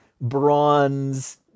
bronze